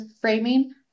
framing